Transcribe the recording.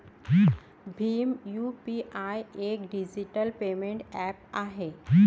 Bhim UPI एक digital payment app आहे